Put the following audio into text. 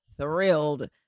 thrilled